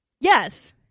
yes